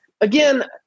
again